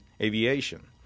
aviation